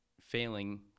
failing